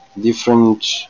different